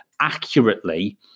accurately